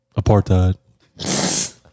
Apartheid